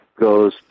goes